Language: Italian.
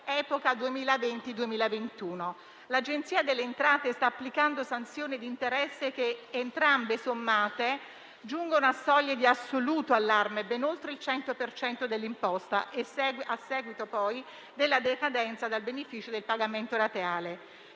periodo 2020/2021. L'Agenzia delle entrate sta applicando sanzioni ed interessi che, sommati, giungono a soglie di assoluto allarme, ben oltre il 100 per cento dell'imposta, a seguito della decadenza del beneficio del pagamento rateale.